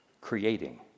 creating